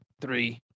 Three